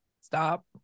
stop